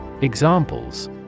Examples